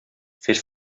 fes